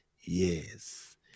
yes